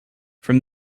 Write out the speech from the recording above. from